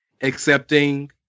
Accepting